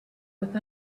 with